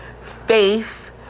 faith